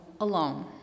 alone